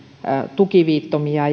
tukiviittomia